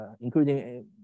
including